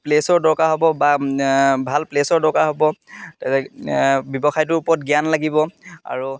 প্লেছৰ দৰকাৰ হ'ব বা ভাল প্লেছৰ দৰকাৰ হ'ব ব্যৱসায়টোৰ ওপৰত জ্ঞান লাগিব আৰু